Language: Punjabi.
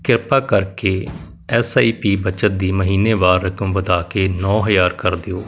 ਕਿਰਪਾ ਕਰਕੇ ਐੱਸ ਆਈ ਪੀ ਬੱਚਤ ਦੀ ਮਹੀਨੇਵਾਰ ਰਕਮ ਵਧਾ ਕੇ ਨੌਂ ਹਜ਼ਾਰ ਕਰ ਦਿਓ